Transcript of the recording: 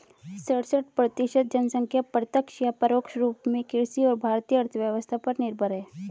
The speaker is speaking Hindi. सड़सठ प्रतिसत जनसंख्या प्रत्यक्ष या परोक्ष रूप में कृषि और भारतीय अर्थव्यवस्था पर निर्भर है